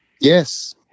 yes